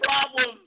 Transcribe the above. problems